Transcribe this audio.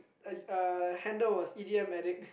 uh uh handle was E_D_M addict